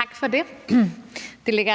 Tak for det. Det her ligger